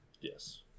Yes